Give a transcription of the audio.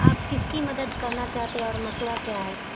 آپ کس کی مدد کرنا چاہتے اور مسئلہ کیا ہے